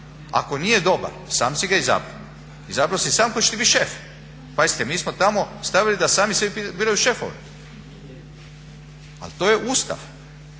Ako nije dobar sam si ga izabrao. Izabrao si sam tko će ti biti šef. Pazite mi smo tamo stavili da sami sebi biraju šefove. Ali to je Ustav.